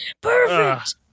Perfect